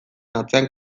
atzean